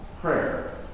prayer